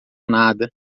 nada